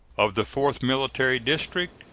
of the fourth military district,